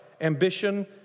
ambition